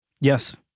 Yes